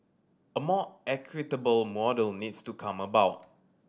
a more equitable model needs to come about